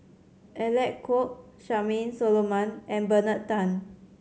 Alec Kuok Charmaine Solomon and Bernard Tan